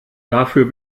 dafür